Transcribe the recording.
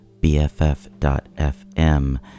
bff.fm